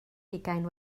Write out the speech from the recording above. hugain